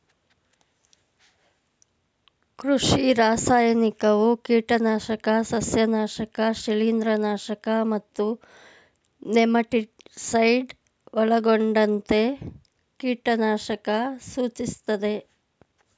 ಕೃಷಿ ರಾಸಾಯನಿಕವು ಕೀಟನಾಶಕ ಸಸ್ಯನಾಶಕ ಶಿಲೀಂಧ್ರನಾಶಕ ಮತ್ತು ನೆಮಟಿಸೈಡ್ ಒಳಗೊಂಡಂತೆ ಕೀಟನಾಶಕ ಸೂಚಿಸ್ತದೆ